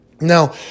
now